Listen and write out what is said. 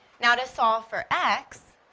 now to solve for x,